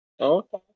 Okay